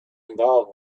involved